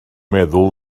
meddwl